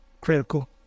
critical